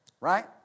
Right